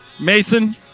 Mason